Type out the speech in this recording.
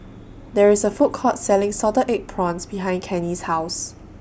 There IS A Food Court Selling Salted Egg Prawns behind Cannie's House